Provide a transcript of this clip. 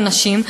בנשים.